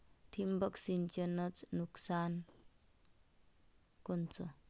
ठिबक सिंचनचं नुकसान कोनचं?